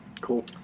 cool